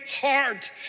heart